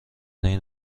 این